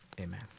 amen